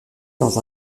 dans